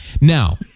now